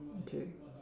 okay